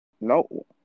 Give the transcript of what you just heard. No